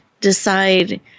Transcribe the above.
decide